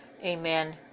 Amen